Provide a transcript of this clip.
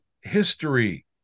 history